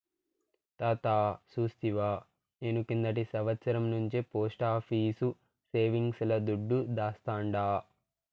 తాతా సూస్తివా, నేను కిందటి సంవత్సరం నుంచే పోస్టాఫీసు సేవింగ్స్ ల దుడ్డు దాస్తాండా